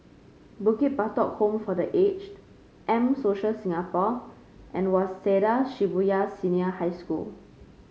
Bukit Batok Home for The Aged M Social Singapore and Waseda Shibuya Senior High School